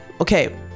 okay